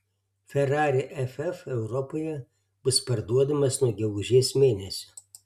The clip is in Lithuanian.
ferrari ff europoje bus parduodamas nuo gegužės mėnesio